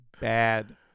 bad